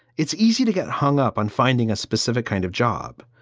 it's easy to get hung up on finding a specific kind of job,